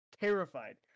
terrified